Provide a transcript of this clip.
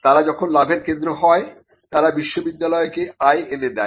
তারা যখন লাভের কেন্দ্র হয় তারা বিশ্ববিদ্যালয়কে আয় এনে দেয়